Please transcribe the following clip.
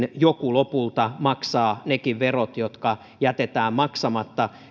joku lopulta maksaa nekin verot jotka jätetään maksamatta